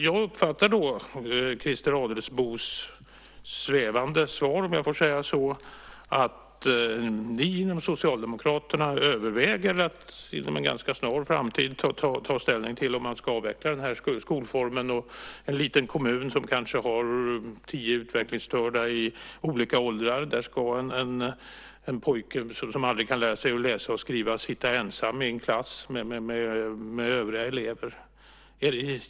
Jag uppfattar då Christer Adelsbos svävande svar som att ni inom Socialdemokraterna överväger att inom en ganska snar framtid ta ställning till om man ska avveckla den här skolformen. I en liten kommun som kanske har tio utvecklingsstörda i olika åldrar ska en pojke som aldrig kan lära sig läsa och skriva sitta ensam i en klass med övriga elever.